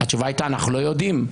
התשובה הייתה: אנחנו לא יודעים.